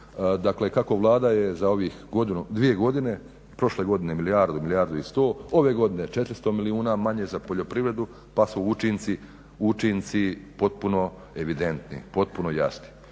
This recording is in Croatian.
dakle kako Vlada je za ovih dvije godine, prošle godine milijardu, milijardu i sto, ove godine 400 milijuna manje za poljoprivredu pa su učinci popuno evidentni, potpuno jasni.